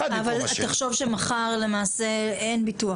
תחשוב שמחר למעשה אין ביטוח,